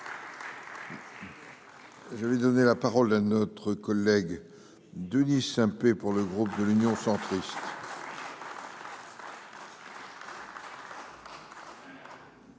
Je vais donner la parole à notre collègue Denis Saint-pour le groupe de l'Union centriste.